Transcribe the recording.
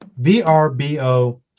VRBO